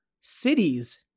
cities